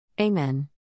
Amen